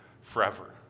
forever